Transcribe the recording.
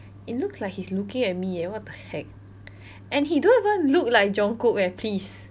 it looks like he's looking at me eh what the heck and he don't even look like jung kook eh please